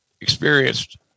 experienced